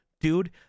Dude